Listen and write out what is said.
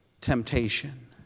Temptation